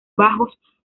bajos